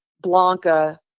Blanca